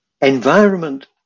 environment